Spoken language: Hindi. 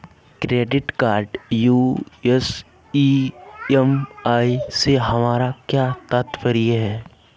क्रेडिट कार्ड यू.एस ई.एम.आई से हमारा क्या तात्पर्य है?